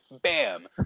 Bam